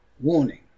Warning